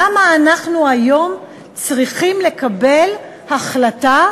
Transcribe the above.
למה אנחנו באופוזיציה היום צריכים לקבל החלטה